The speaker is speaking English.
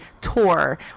tour